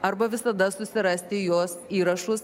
arba visada susirasti jos įrašus